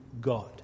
God